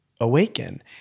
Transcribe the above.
awaken